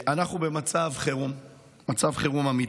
אנחנו במצב חירום אמיתי.